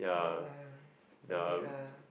no lah don't need lah